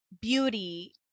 beauty